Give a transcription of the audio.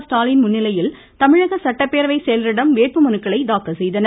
ஸ்டாலின் முன்னிலையில் தமிழக சட்டப்பேரவை செயலரிடம் வேட்புமனுக்களை தாக்கல் செய்தனர்